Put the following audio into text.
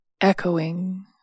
echoing